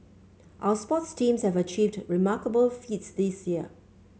our sports teams have achieved remarkable feats this year